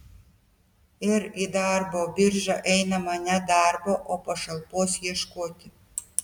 ir į darbo biržą einama ne darbo o pašalpos ieškoti